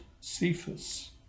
Cephas